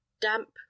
Damp